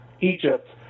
Egypt